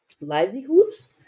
livelihoods